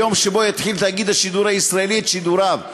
היום שבו יתחיל תאגיד השידור הישראלי את שידוריו,